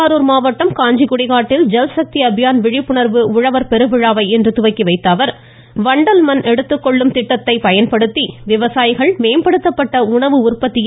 திருவாரூர் மாவட்டம் காஞ்சிக்குடிக்காட்டில் ஜல்சக்தி அபியான் விழிப்புணர்வு உழவர் பெருவிழாவை இன்று துவக்கி வைத்த அவா் வண்டல் மண் எடுத்துக் கொள்ளும் திட்டத்தை பயன்படுத்தி விவசாயிகள் மேம்படுத்தப்பட்ட உணவு உற்பத்தியில் ஈடுபட வேண்டும் என கேட்டுக்கொண்டாா்